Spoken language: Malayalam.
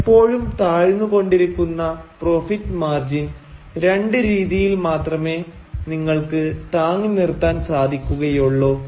എപ്പോഴും താഴ്ന്നു കൊണ്ടിരിക്കുന്ന പ്രോഫിറ്റ് മാർജിൻ രണ്ട് രീതിയിൽ മാത്രമേ നിങ്ങൾക്ക് താങ്ങി നിർത്താൻ സാധിക്കുകയുള്ളു